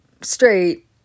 straight